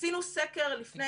עשינו סקר לפני,